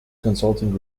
consulting